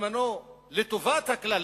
לטובת הכלל,